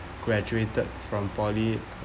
graduated from poly